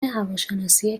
هواشناسی